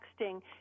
Texting